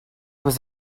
was